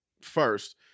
first